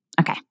Okay